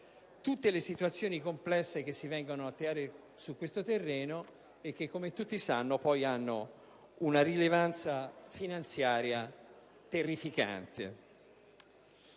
tutte le situazioni complesse che si vengono a creare su questo terreno e che, come tutti sanno, hanno una rilevanza finanziaria molto